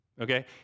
okay